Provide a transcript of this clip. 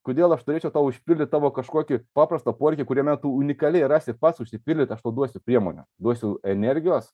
kodėl aš turėčiau tau užpildyti tavo kažkokį paprastą poreikį kuriame tu unikaliai rasi pats užsipildyti aš tau duosiu priemonių duosiu energijos